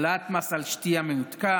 העלאת מס על שתייה מתוקה,